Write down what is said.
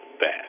bad